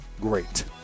great